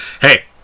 hey